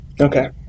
Okay